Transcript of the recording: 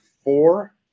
four